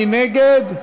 מי נגד?